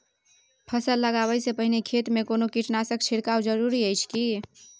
फसल लगबै से पहिने खेत मे कोनो कीटनासक छिरकाव जरूरी अछि की?